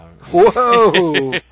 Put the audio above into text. Whoa